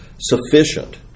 sufficient